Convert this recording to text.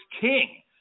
king